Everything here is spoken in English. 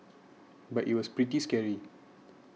but it was pretty scary